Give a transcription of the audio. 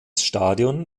stadion